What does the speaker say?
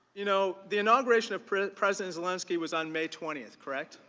you know the inauguration of president president zelensky was on may twenty? correct.